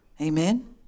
Amen